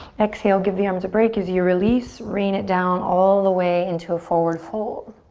exhale, give the arms a break as you release. rain it down all the way into a forward fold.